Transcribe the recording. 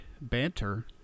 banter